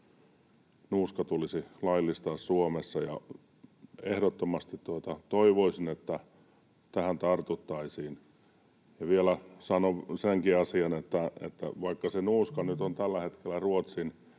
nuuska tulisi laillistaa Suomessa. Ehdottomasti toivoisin, että tähän tartuttaisiin. Vielä sanon senkin asian, että vaikka nyt on tällä hetkellä Ruotsin